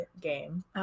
game